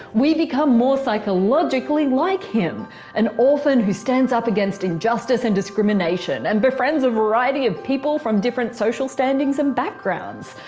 we become more psychologically like him an orphan who stands up against injustice and discrimination, and befriends a variety of people from different social standings and backgrounds.